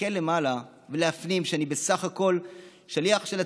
להסתכל למעלה ולהפנים שאני בסך הכול שליח של הציבור,